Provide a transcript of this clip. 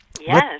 Yes